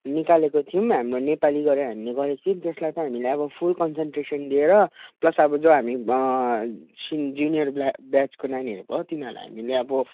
निकालेको थियौँ हाम्रो नेपाली गरेर हामीले गरेको थियौँ त्यसलाई चाहिँ हामीले अब फुल कन्सनट्रेसन दिएर प्लस अब जो हामी सि जुनियर ब्ला ब्याचको नानीहरू भयो तिनीहरूलाई हामीले अब